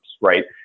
right